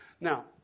Now